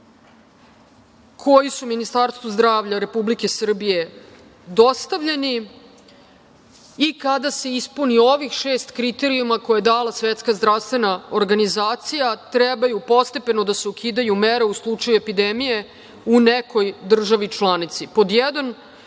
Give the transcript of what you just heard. koji su Ministarstvu zdravlja Republike Srbije dostavljeni i kada se ispuni ovih šest kriterijuma koje je dala Svetska zdravstvena organizacija, trebaju postepeno da se ukidaju mere u slučaju epidemije u nekoj državi članici. Pod